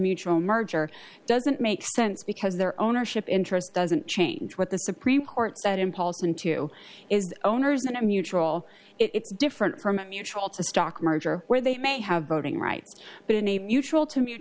mutual merger doesn't make sense because their ownership interest doesn't change what the supreme court said impulse in two owners and a mutual it's different from a mutual to stock merger where they may have voting rights but in a mutual to m